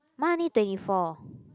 mine only twenty four